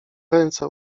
ręce